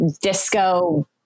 disco